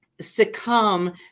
succumb